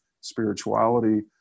spirituality